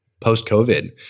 post-COVID